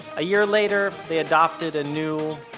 a year later they adopted a new,